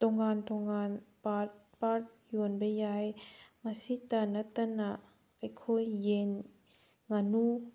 ꯇꯣꯉꯥꯟ ꯇꯣꯉꯥꯟ part part ꯌꯣꯟꯕ ꯌꯥꯏ ꯃꯁꯤꯇ ꯅꯠꯇꯅ ꯑꯩꯈꯣꯏ ꯌꯦꯟ ꯉꯥꯅꯨ